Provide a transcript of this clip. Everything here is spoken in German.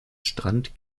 strand